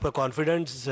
confidence